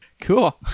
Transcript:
Cool